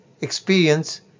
experience